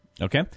Okay